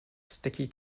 sticky